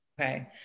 Okay